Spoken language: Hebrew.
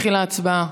התחילה ההצבעה